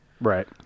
right